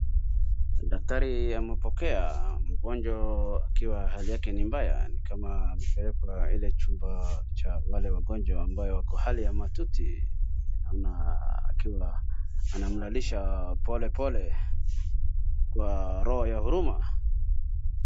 Daktari amepokea mgonjwa akiwa hali yake ni mbaya ni kama ameplekewa ile chumba ya cha wale wagonjwa ambayo wako hali ya mahututi akiwa anamlalisha polepole kwa roho ya huruma.